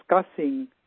discussing